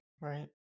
Right